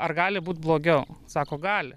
ar gali būt blogiau sako gali